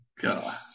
god